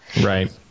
Right